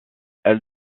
elle